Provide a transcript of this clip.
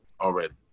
already